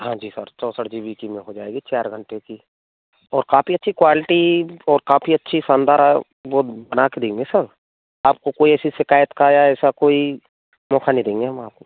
हाँ जी सर चौसठ जी बी की में हो जाएगी चार घंटे की और काफी अच्छी क्वालिटी और काफी अच्छी शानदार वह बनाकर देंगे सब आपको कोई ऐसी शिकायत का या ऐसा कोई मौका नहीं देंगे हम आपको